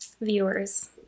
viewers